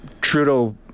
trudeau